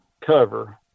cover